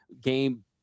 game